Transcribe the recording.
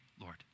Lord